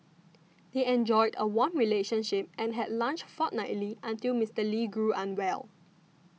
they enjoyed a warm relationship and had lunch fortnightly until Mister Lee grew unwell